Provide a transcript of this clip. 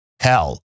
Hell